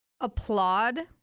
applaud